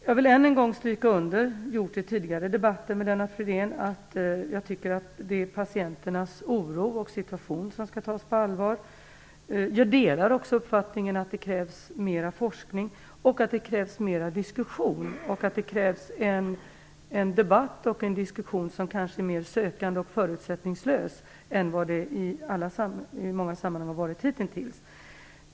Jag vill än en gång stryka under att jag tycker att patienternas situation och oro skall tas på allvar. Jag delar också uppfattningen att det krävs mer forskning och diskussion, en debatt som kanske är mer sökande och förutsättningslös än vad den i många sammanhang varit hitintills.